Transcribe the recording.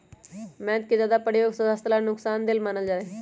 मैद के ज्यादा प्रयोग स्वास्थ्य ला नुकसान देय मानल जाहई